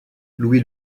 louis